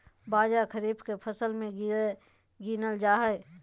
बाजरा खरीफ के फसल मे गीनल जा हइ